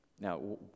Now